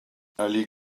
allée